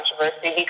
controversy